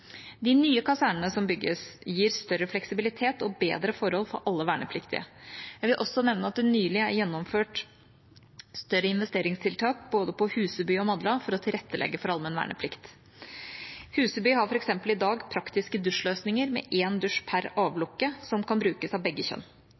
De nye kasernene som bygges, gir større fleksibilitet og bedre forhold for alle vernepliktige. Jeg vil også nevne at det nylig er gjennomført større investeringstiltak på både Huseby og Madla for å tilrettelegge for allmenn verneplikt. Huseby har f.eks. i dag praktiske dusjløsninger med én dusj per